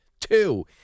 Two